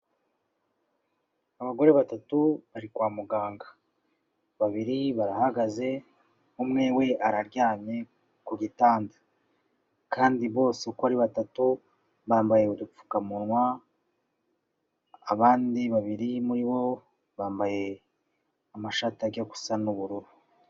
Abagore batatu bari kwa muganga, babiri barahagaze umwe we araryamye ku gitanda kandi bose uko ari batatu bambaye udupfukamunwa, abandi babiri muri bo bambaye amashati ajya gusa n'ubururu.